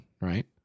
right